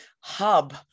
hub